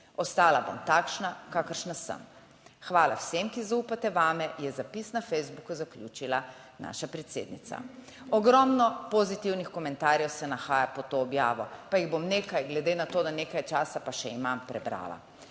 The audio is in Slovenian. Ostala bom takšna, kakršna sem. Hvala vsem, ki zaupate vame." Je zapis na Facebooku zaključila naša predsednica. Ogromno pozitivnih komentarjev se nahaja pod to objavo, pa jih bom nekaj, glede na to, da nekaj časa pa še imam, prebrala.